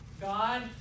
God